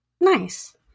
Nice